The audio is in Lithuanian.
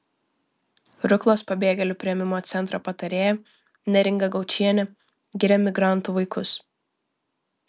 ruklos pabėgėlių priėmimo centro patarėja neringa gaučienė giria migrantų vaikus